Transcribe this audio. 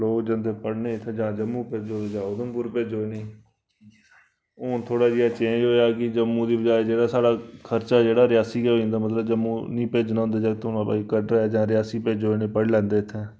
लोक जंदे पढ़ने ई इत्थै जम्मू भेजो जां उधमपुर भेजो इनें ई हून थोह्ड़ा जेहा चेंज होएआ कि जम्मू दे बजाय जेह्ड़ा साढ़ा खर्चा जेह्ड़ा रियासी गै होई जंदा मतलब हून जम्मू निं भेजना होंदे जागत उत्थुआं भई कटरा जां रियासी भेजो पढ़ी लैंदे इत्थै